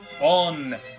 on